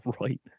right